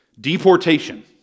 Deportation